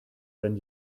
when